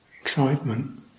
excitement